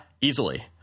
Easily